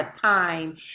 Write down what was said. time